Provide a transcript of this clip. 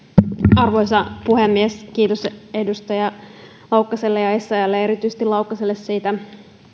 arvoisa puhemies kiitos edustaja laukkaselle ja essayahlle ja erityisesti laukkaselle siitä